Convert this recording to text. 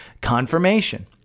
confirmation